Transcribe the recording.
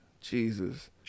Jesus